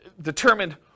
Determined